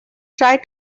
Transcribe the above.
try